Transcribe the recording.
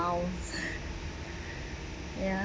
miles ya